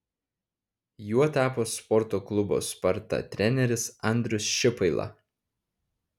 juo tapo sporto klubo sparta treneris andrius šipaila